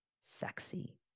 sexy